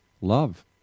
love